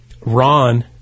Ron